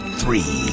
three